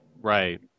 Right